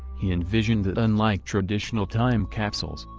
he envisioned that unlike traditional time capsules,